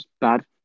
bad